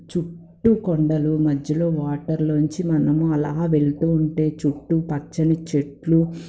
చుట్టూ కొండలు మధ్యలో వాటర్లోంచి మనము అలా వెళ్తూ ఉంటే చుట్టూ పచ్చని చెట్లు